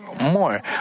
more